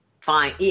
Fine